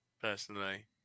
personally